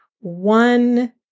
one